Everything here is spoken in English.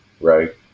right